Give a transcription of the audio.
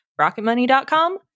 Rocketmoney.com